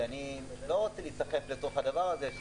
אני לא רוצה להתייחס לתוך הדבר הזה,